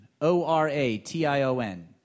O-R-A-T-I-O-N